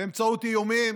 באמצעות איומים,